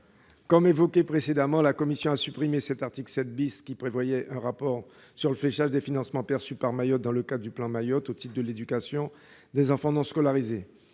Comme évoqué précédemment, la commission a supprimé l'article 7 , qui prévoyait un rapport sur le fléchage des financements perçus par Mayotte dans le cadre du plan Mayotte au titre de l'éducation des enfants non scolarisés,